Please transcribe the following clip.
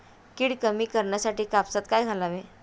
कीड कमी करण्यासाठी कापसात काय घालावे?